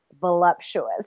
voluptuous